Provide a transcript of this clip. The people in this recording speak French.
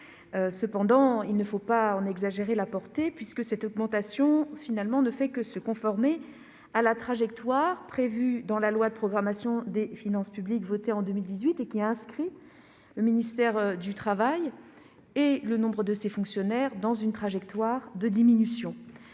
sens, il ne faut pas en exagérer la portée : elle est simplement conforme à la trajectoire prévue par la loi de programmation des finances publiques votée en 2018, qui inscrit le ministère du travail et le nombre de ses fonctionnaires dans une trajectoire de diminution-